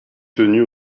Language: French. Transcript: tenus